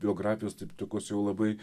biografijos taip tokios jau labai